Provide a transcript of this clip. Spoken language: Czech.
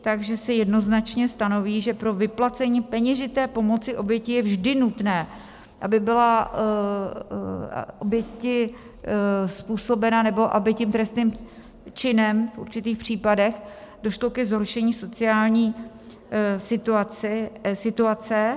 Takže se jednoznačně stanoví, že pro vyplacení peněžité pomoci oběti je vždy nutné, aby byla oběti způsobena nebo aby tím trestným činem v určitých případech došlo ke zhoršení sociální situace.